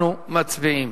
אנחנו מצביעים.